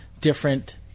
different